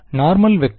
normal vector